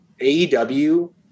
AEW